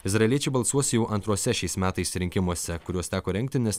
izraeliečiai balsuos jau antruose šiais metais rinkimuose kuriuos teko rengti nes